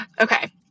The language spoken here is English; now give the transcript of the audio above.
Okay